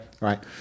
Right